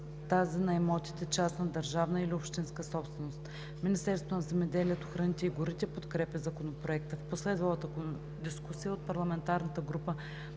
тази на имотите – частна държавна или общинска собственост. Министерството на земеделието, храните и горите подкрепя Законопроекта. В последвалата дискусия от парламентарната група